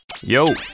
Yo